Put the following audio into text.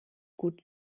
gut